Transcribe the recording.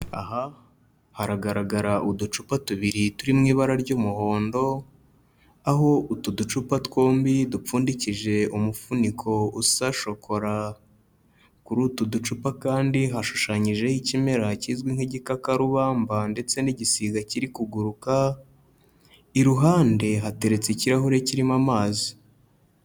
Aha haragaragara uducupa tubiri turi mu ibara ry'umuhondo, aho utu ducupa twombi dupfundikishije umufuniko usa ''chocolat''; kuri utu ducupa kandi hashushanyijeho ikimera kizwi nk'igikakarubamba ndetse n'igisiga kiri kuguruka, iruhande hateretse ikirahure kirimo amazi.